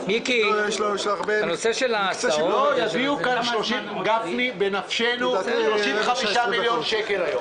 בקשה מס' 45-009 אושרה.